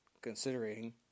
considering